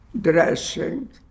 dressing